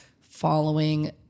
following